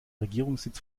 regierungssitz